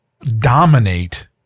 dominate